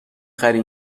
خری